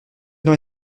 dans